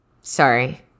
Sorry